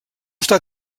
està